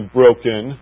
broken